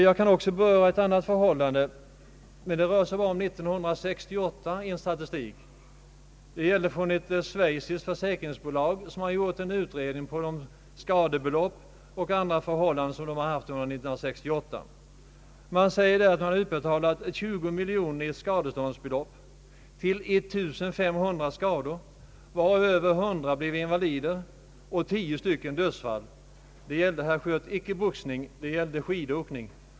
Jag vill också beröra ett annat förhållande: Det rör sig om statistik för 1968, där ett schweiziskt försäkringsbolag gjort en utredning om skadebelopp som man utbetalat under 1968. Där sägs att försäkringsbolaget utbetalat 20 miljoner i skadestånd för 1500 skador, varav över 100 med invaliditet och tio med dödsfall som följd. Det gällde emellertid inte boxning, herr Schött, utan det gällde skidåkning.